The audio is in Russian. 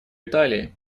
италии